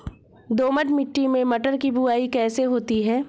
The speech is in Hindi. दोमट मिट्टी में मटर की बुवाई कैसे होती है?